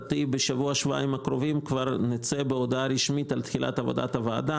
בשבוע-שבועיים הקרובים כבר נצא בהודעה רשמית על תחילת עבודת הוועדה.